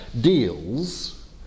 deals